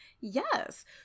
yes